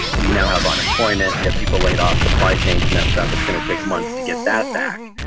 we now have unemployment. we have people laid off, supply chains messed up. it's going to take months to get that back.